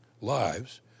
lives